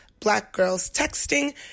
blackgirlstexting